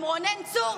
עם רונן צור,